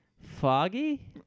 foggy